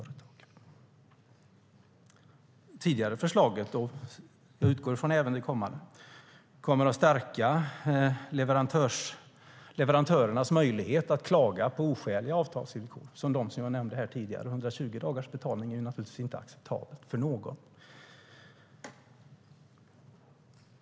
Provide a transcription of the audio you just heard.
Det tidigare förslaget, och även det kommande utgår jag från, stärker leverantörernas möjlighet att klaga på oskäliga avtalsvillkor, sådana som jag nämnde. 120 dagars betalningstid är naturligtvis inte acceptabelt för någon.